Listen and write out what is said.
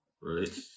right